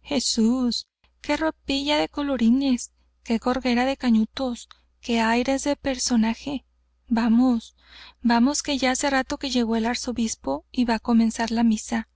jesús qué ropilla de colorines qué gorguera de cañutos qué aires de personaje vamos vamos que ya hace rato que llegó el arzobispo y va á comenzar la misa